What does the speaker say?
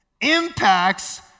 impacts